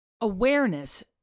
awareness